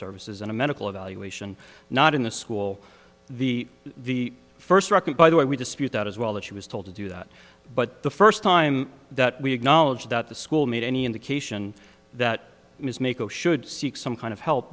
services in a medical evaluation not in the school the the first record by the way we dispute that as well that she was told to do that but the first time that we acknowledged that the school made any indication that ms maaco should seek some kind of help